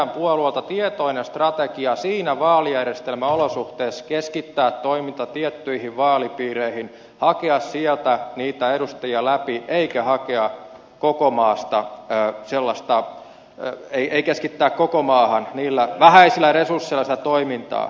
on ollut meidän puolueelta tietoinen strategia niissä vaalijärjestelmäolosuhteissa keskittää toiminta tiettyihin vaalipiireihin hakea sieltä niitä edustajia läpi eikä hakea koko maasta sillasta ja riihi keskittää koko maahan niillä vähäisillä resursseilla sitä toimintaa